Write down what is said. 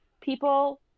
people